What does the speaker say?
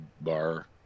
bar